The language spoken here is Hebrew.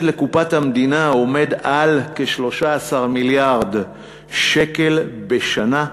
לקופת המדינה עומד על כ-13 מיליארד שקל בשנה,